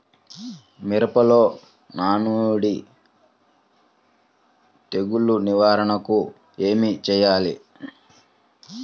మిరపలో నానుడి తెగులు నివారణకు ఏమి చేయాలి?